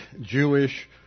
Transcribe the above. Jewish